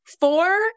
Four